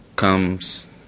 comes